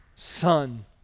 son